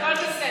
הכול בסדר.